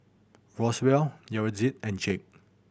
Roswell Yaretzi and Jake